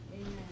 Amen